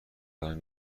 دارم